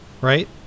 right